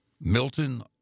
Milton